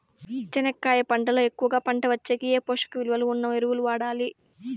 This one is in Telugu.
చెనక్కాయ పంట లో ఎక్కువగా పంట వచ్చేకి ఏ పోషక విలువలు ఉన్న ఎరువులు వాడాలి?